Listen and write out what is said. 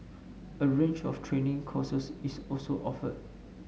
a range of training courses is also offered